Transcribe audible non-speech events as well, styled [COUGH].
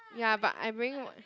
ya but I bringing [NOISE]